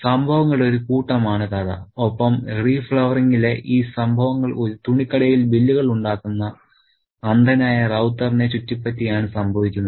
സംഭവങ്ങളുടെ ഒരു കൂട്ടമാണ് കഥ ഒപ്പം റീഫ്ലവറിംഗിലെ ഈ സംഭവങ്ങൾ ഒരു തുണിക്കടയിൽ ബില്ലുകൾ ഉണ്ടാക്കുന്ന അന്ധനായ റൌത്തറിനെ ചുറ്റിപ്പറ്റിയാണ് സംഭവിക്കുന്നത്